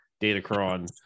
datacron